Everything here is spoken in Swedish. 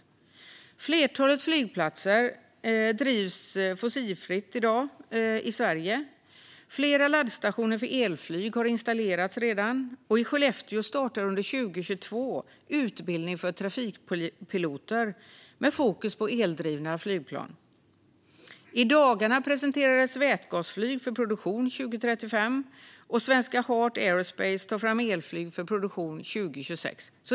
Ett flertal flygplatser drivs fossilfritt i dag i Sverige, flera laddstationer för elflyg har redan installerats och i Skellefteå startar under 2022 utbildning för trafikpiloter med fokus på eldrivna flygplan. I dagarna presenterades vätgasflyg för produktion 2035, och svenska Heart Aerospace tar fram elflyg för produktion 2026.